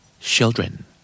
children